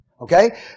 Okay